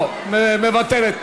לא, מוותרת.